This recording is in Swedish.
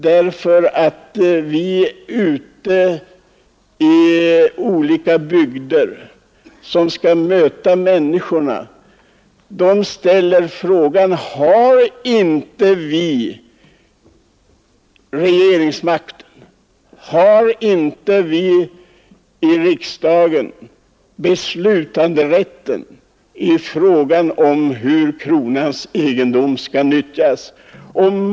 När vi möter människorna ute i olika bygder frågar de, om inte regeringen och riksdagen har makten att besluta hur kronans egendom skall nyttjas.